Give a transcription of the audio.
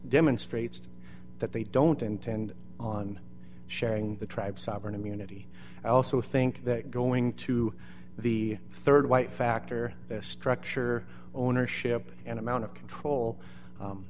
demonstrates that they don't intend on sharing the tribe sovereign immunity i also think that going to the rd white factor the structure ownership and amount of control